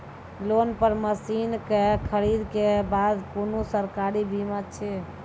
Loan पर मसीनऽक खरीद के बाद कुनू सरकारी बीमा छै?